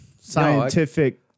scientific